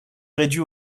réduit